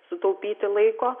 sutaupyti laiko